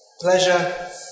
pleasure